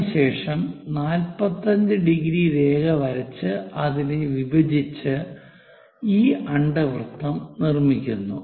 അതിനുശേഷം 45 ° രേഖ വരച്ച് അതിനെ വിഭജിച്ച് ഈ അണ്ഡവൃത്തം നിർമ്മിക്കുന്നു